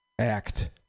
act